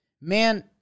man